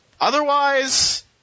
Otherwise